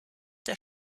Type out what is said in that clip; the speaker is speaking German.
der